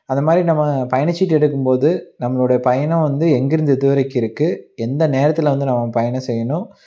அந்த மாதிரி நம்ம பயணச்சீட்டு எடுக்கும் போது நம்மளுடைய பயணம் வந்து எங்கிருந்து எது வரைக்கும் இருக்குது எந்த நேரத்தில் வந்து நம்ம பயணம் செய்யணும்